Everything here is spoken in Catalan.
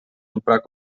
emprar